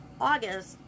August